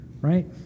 right